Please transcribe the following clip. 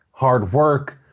hard work,